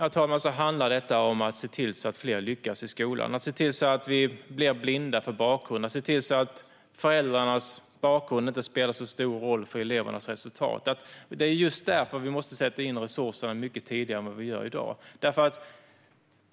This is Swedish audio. I grunden handlar det om att se till att fler lyckas i skolan, att vi blir blinda för bakgrund, att föräldrarnas bakgrund inte spelar så stor roll för elevernas resultat. Det är därför vi måste sätta in resurserna mycket tidigare än i dag.